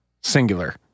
Singular